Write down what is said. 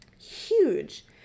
huge